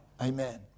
Amen